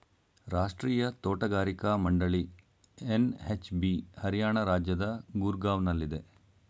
ರಾಷ್ಟ್ರೀಯ ತೋಟಗಾರಿಕಾ ಮಂಡಳಿ ಎನ್.ಎಚ್.ಬಿ ಹರಿಯಾಣ ರಾಜ್ಯದ ಗೂರ್ಗಾವ್ನಲ್ಲಿದೆ